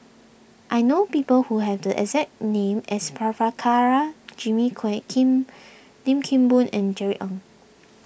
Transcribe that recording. I know people who have the exact name as Prabhakara Jimmy Quek Kim Lim Kim Boon and Jerry Ng